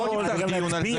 אני בעד לפתוח דיון על זה.